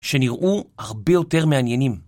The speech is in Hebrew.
שנראו הרבה יותר מעניינים.